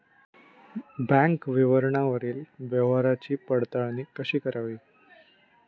Bank विवरणावरील व्यवहाराची पडताळणी कशी करावी?